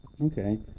okay